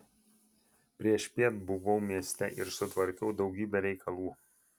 priešpiet buvau mieste ir sutvarkiau daugybę reikalų